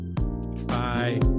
Bye